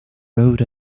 road